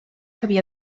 havia